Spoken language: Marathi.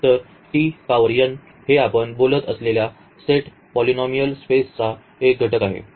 तर t पॉवर n हे आपण बोलत असलेल्या सेट पॉलिनॉमीयल स्पेसचा एक घटक आहे